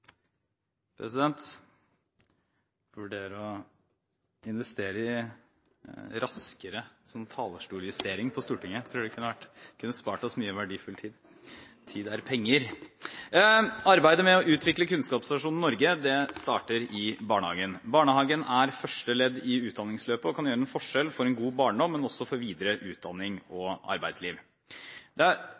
burde vurdere å investere i raskere talerstoljustering på Stortinget – jeg tror det kunne spart oss mye verdifull tid! Tid er penger! Arbeidet med å utvikle kunnskapsnasjonen Norge starter i barnehagen. Barnehagen er første ledd i utdanningsløpet og kan utgjøre en forskjell for en god barndom, men også for videre utdanning og arbeidsliv. Av og til høres det